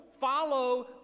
follow